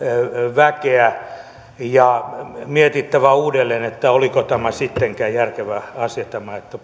väkeä on mietittävä uudelleen oliko tämä sittenkään järkevä asia että